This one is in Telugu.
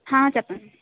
హా చెప్పండి